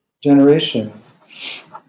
generations